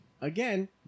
again